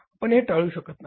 आपण हे टाळू शकत नाही